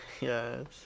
Yes